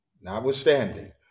notwithstanding